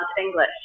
English